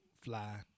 fly